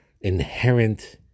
inherent